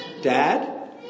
Dad